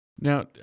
Now